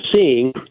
seeing